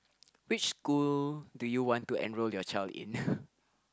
which school do you want to enroll your child in